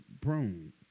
prone